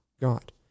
God